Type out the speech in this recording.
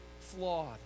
flawed